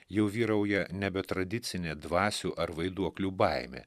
jau vyrauja nebetradicinė dvasių ar vaiduoklių baimė